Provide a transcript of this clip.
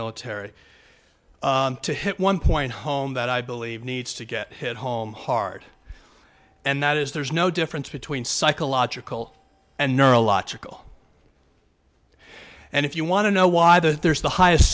military to hit one point home that i believe needs to get hit home hard and that is there is no difference between psychological and neurological and if you want to know why the there's the highest